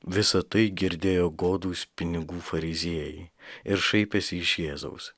visa tai girdėjo godūs pinigų fariziejai ir šaipėsi iš jėzaus